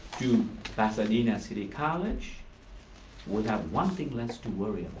to pasadena city college will have one thing less to worry